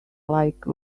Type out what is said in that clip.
like